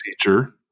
teacher